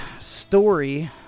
story